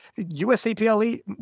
USAPLE